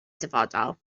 dyfodol